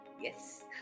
Yes